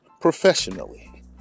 Professionally